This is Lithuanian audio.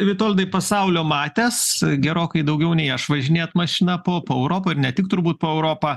vitoldai pasaulio matęs gerokai daugiau nei aš važinėt mašina po po po europą ir ne tik turbūt po europą